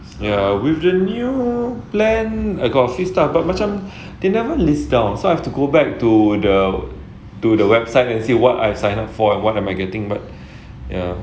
ya with the new plan I got free start but macam they never list down so I have to go back to the to the website and say what I signed up for and what am I getting but ya